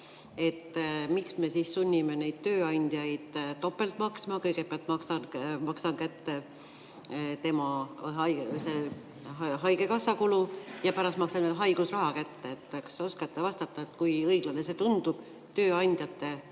miks me siis sunnime tööandjaid topelt maksma, kõigepealt maksan haigekassa kulu ja pärast maksan veel haigusraha. Kas te oskate vastata, kui õiglane see tundub tööandjate